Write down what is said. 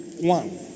one